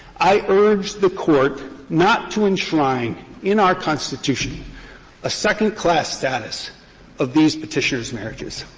i urge the court not to enshrine in our constitution a second-class status of these petitioners' marriages.